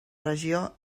regió